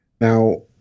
Now